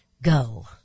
Go